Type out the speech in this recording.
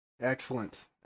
Excellent